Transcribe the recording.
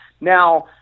Now